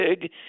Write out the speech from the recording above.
big